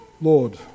Lord